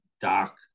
dark